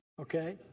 okay